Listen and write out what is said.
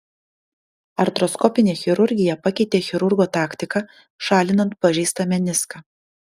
artroskopinė chirurgija pakeitė chirurgo taktiką šalinant pažeistą meniską